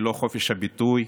ללא חופש הביטוי,